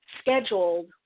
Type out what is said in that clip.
scheduled